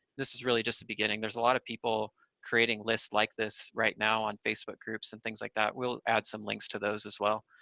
this is really just the beginning. there's a lot of people creating lists like this right now on facebook groups and things like that. we'll add some links to those as well.